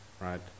right